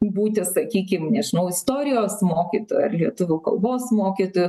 būti sakykim nežnau istorijos mokytoju ir lietuvių kalbos mokytoju